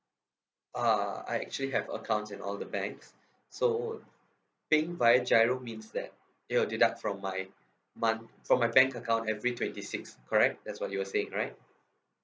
uh I actually have accounts in all the banks so paying via GIRO means that it will deduct from my month from my bank account every twenty sixth correct that's what you're saying right